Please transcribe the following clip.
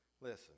Listen